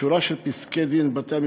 בשורה של פסקי דין הכירו